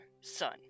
son